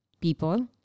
people